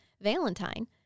Valentine